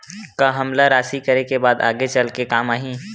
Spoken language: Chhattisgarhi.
का हमला राशि करे के बाद आगे चल के काम आही?